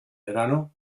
verano